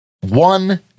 One